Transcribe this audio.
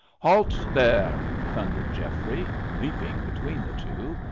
halt there! thundered geoffrey, leaping between the two,